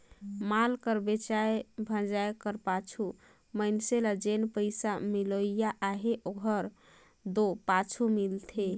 माल कर बेंचाए भंजाए कर पाछू मइनसे ल जेन पइसा मिलोइया अहे ओहर दो पाछुच मिलथे